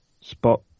spot